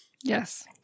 Yes